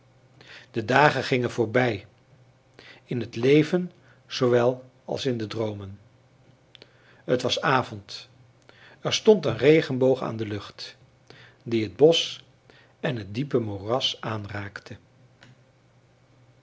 de dagen gingen voorbij in het leven zoowel als in de droomen het was avond er stond een regenboog aan de lucht die het bosch en het diepe moeras aanraakte